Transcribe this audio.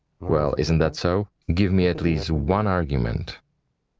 well, isn't that so? give me at least one argument.